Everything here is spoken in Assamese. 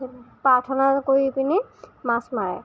প্ৰাৰ্থনা কৰিপিনি মাছ মাৰে